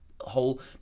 whole